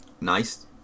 Nice